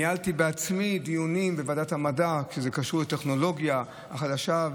ניהלתי בעצמי דיונים בוועדת המדע כשזה קשור לטכנולוגיה חדשה,